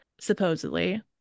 Supposedly